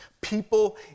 people